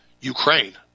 Ukraine